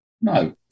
No